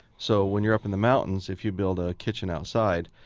so when you're up in the mountains, if you build a kitchen outside,